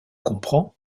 comprend